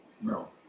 no